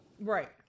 Right